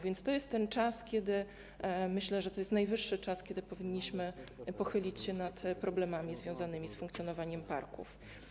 Więc to jest ten czas - myślę, że najwyższy czas - kiedy powinniśmy pochylić się nad problemami związanymi z funkcjonowaniem parków.